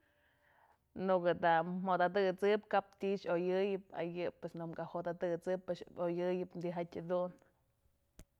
Në ko'o da jo'ot atësëp kap ti'i yoyëyëp ayë në ko'o ka jo'ot atësëp yoyëyëp tyjatyë jedun.